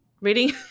reading